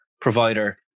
provider